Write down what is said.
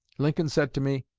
lincoln said to me,